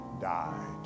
died